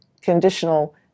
conditional